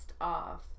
off